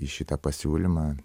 į šitą pasiūlymą